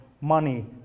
money